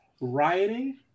Rioting